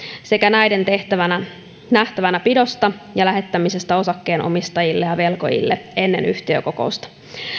sekä näiden nähtävänä nähtävänä pidosta ja lähettämisestä osakkeenomistajille ja velkojille ennen yhtiökokousta